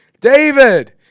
David